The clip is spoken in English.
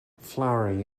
flowering